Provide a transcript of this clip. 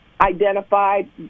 identified